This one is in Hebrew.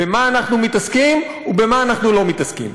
במה אנחנו מתעסקים ובמה אנחנו לא מתעסקים.